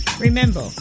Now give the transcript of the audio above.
remember